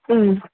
হুম